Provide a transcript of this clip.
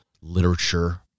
literature